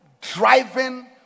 driving